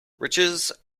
riches